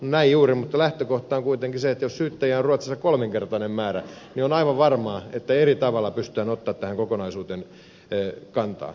mutta lähtökohta on kuitenkin se että jos syyttäjiä on ruotsissa kolminkertainen määrä niin on aivan varmaa että eri tavalla pystytään ottamaan tähän kokonaisuuteen kantaa